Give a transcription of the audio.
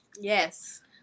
yes